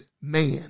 man